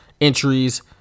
entries